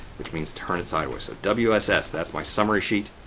which means turn it sideways. so, wss, that's my summary sheet,